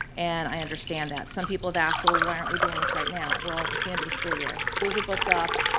and i understand that. some people have asked, well why aren't we doing this right now? well, it's the end of the school year. schools are booked up,